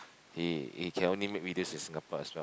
he he can only make videos in Singapore as well